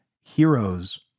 heroes